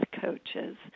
coaches